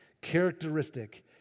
characteristic